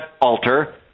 alter